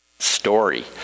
story